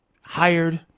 hired